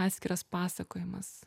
atskiras pasakojimas